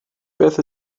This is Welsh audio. beth